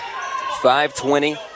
5-20